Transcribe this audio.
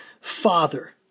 Father